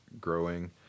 growing